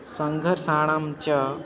सङ्घर्षाणां च